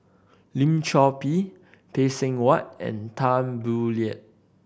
Lim Chor Pee Phay Seng Whatt and Tan Boo Liat